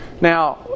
Now